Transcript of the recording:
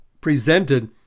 presented